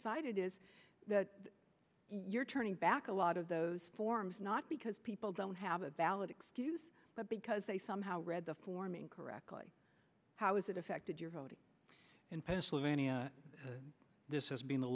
cited is that you're turning back a lot of those forms not because people don't have a valid excuse but because they somehow read the forming correctly how has it affected your vote in pennsylvania this has been the